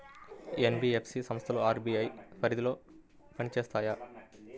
NBFC సంస్థలు RBI పరిధిలోనే పని చేస్తాయా?